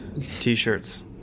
t-shirts